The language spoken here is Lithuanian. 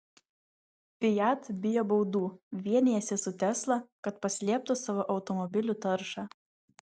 fiat bijo baudų vienijasi su tesla kad paslėptų savo automobilių taršą